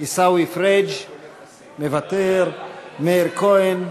עיסאווי פריג' מוותר, מאיר כהן,